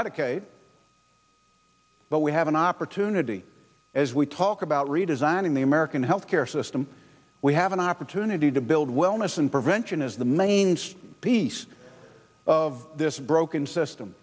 medicaid but we have an opportunity as we talk about redesigning the american health care system we have an opportunity to build wellness and prevention is the mainstay piece of this broken system